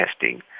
testing